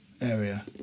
area